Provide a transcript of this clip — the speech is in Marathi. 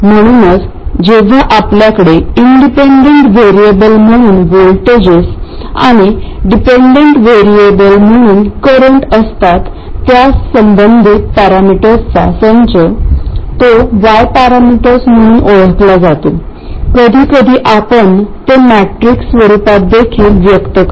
म्हणूनच जेव्हा आपल्याकडे इनडीपेंडट वेरीअबल म्हणून व्होल्टेजेस आणि डीपेंडट वेरीअबल म्हणून करंट असतात त्यास संबंधीत पॅरामीटर्सचा संच तो y पॅरामीटर्स म्हणून ओळखला जातो कधीकधी आपण ते मेट्रिक्स स्वरूपात देखील व्यक्त करता